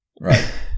Right